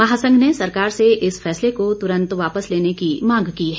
महासंघ ने सरकार से इस फैसले को तुरंत वापस लेने की मांग की है